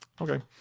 Okay